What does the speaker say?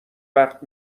وقت